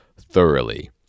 thoroughly